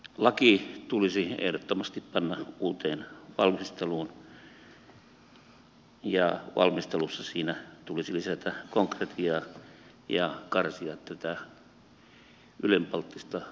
laki tulisi ehdottomasti panna uuteen valmisteluun ja valmistelussa tulisi lisätä konkretiaa ja karsia tätä ylenpalttista